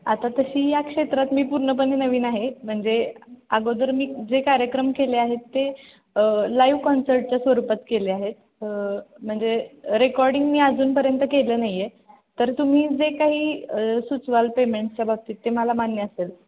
आता तशी या क्षेत्रात मी पूर्णपणे नवीन आहे म्हणजे अगोदर मी जे कार्यक्रम केले आहेत ते लाईव्ह कॉन्सर्टच्या स्वरूपात केले आहेत म्हणजे रेकॉर्डिंग मी अजूनपर्यंत केलं नाही आहे तर तुम्ही जे काही सुचवाल पेमेंटच्या बाबतीत ते मला मान्य असेल